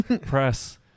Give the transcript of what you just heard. Press